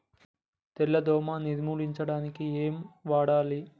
తెల్ల దోమ నిర్ములించడానికి ఏం వాడాలి?